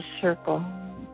circle